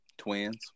Twins